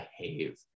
behave